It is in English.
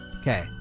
Okay